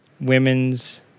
Women's